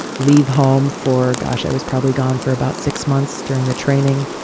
leave home for gosh, i was probably gone for about six months during the training,